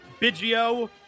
Biggio